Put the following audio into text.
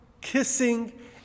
Kissing